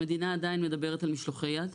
המדינה עדיין מדברת על משלחי יד,